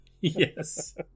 Yes